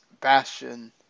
Bastion